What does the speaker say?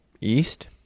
east